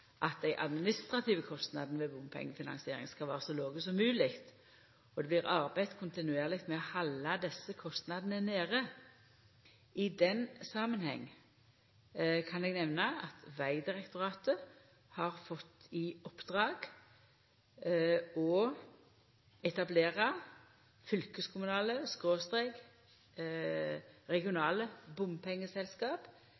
at dei administrative kostnadene ved bompengefinansiering skal vera så låge som mogleg, og det blir arbeidd kontinuerleg med å halda desse kostnadene nede. I denne samanhengen kan eg nemna at Vegdirektoratet har fått i oppdrag å etablera